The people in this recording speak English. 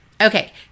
Okay